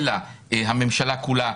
אלא הממשלה כולה,